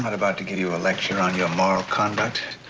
about to give you a lecture on your moral conduct.